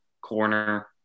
corner